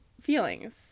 feelings